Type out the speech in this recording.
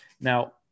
Now